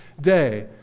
day